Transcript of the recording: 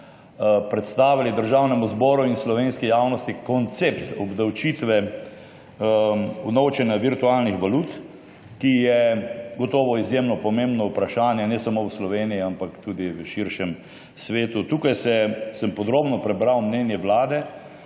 predstavili Državnemu zboru in slovenski javnosti koncept obdavčitve unovčenja virtualnih valut, ki je gotovo izjemno pomembno vprašanje ne samo v Sloveniji, ampak tudi v širšem svetu. Podrobno sem prebral mnenje Vlade